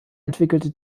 entwickelte